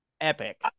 epic